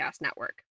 Network